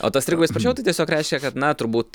o tas trigubai sparčiau tai tiesiog reiškia kad na turbūt